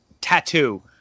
tattoo